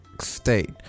state